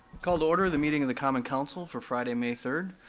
call to order the meeting of the common council for friday, may third.